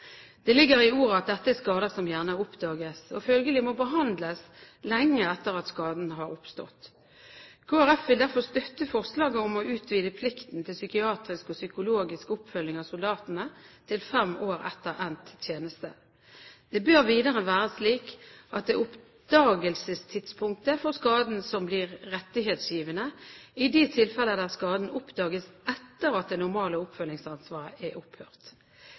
Det ligger i ordet at dette er skader som gjerne oppdages og følgelig må behandles lenge etter at skaden har oppstått. Kristelig Folkeparti vil derfor støtte forslaget om å utvide plikten til psykiatrisk og psykologisk oppfølging av soldatene til fem år etter endt tjeneste. Det bør videre være slik at det er oppdagelsestidspunktet for skaden som blir rettighetsgivende i de tilfeller der skaden oppdages etter at det normale oppfølgingsansvaret er opphørt.